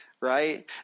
right